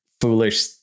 foolish